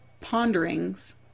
ponderings